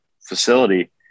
facility